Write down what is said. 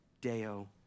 Deo